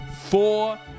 four